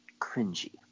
cringy